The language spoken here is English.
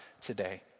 today